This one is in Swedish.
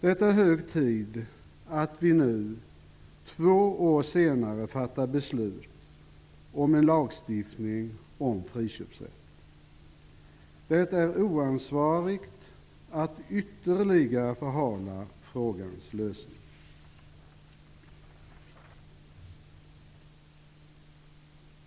Det är hög tid att vi nu, två år senare, fattar beslut om en lagstiftning om friköpsrätten. Det är oansvarigt att ytterligare förhala frågans lösning.